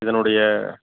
இதனுடைய